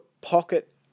pocket